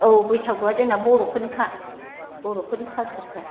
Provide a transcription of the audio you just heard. औ बैसागुआ जोंनि बर'फोरनिखा बर'फोरनि कालचारखा